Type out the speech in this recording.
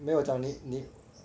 没有找你你